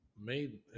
made